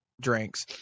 drinks